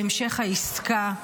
להמשך העסקה,